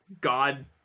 god